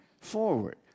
forward